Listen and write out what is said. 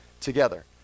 together